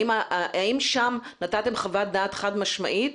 האם שם נתתם חוות דעת חד-משמעית,